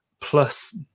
plus